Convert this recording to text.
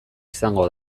izango